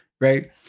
right